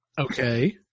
Okay